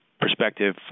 perspective